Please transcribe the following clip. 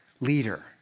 leader